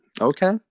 Okay